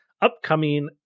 upcoming